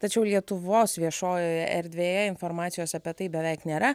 tačiau lietuvos viešojoje erdvėje informacijos apie tai beveik nėra